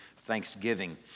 Thanksgiving